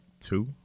two